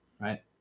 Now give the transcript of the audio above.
right